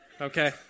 okay